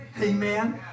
Amen